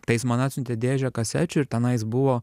tai jis man atsiuntė dėžę kasečių ir tenais buvo